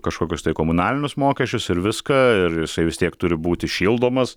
kažkokius tai komunalinius mokesčius ir viską ir jisai vis tiek turi būti šildomas